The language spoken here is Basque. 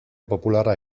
popularra